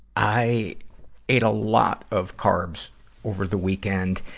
i ate a lot of carbs over the weekend.